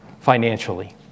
financially